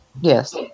Yes